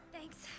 Thanks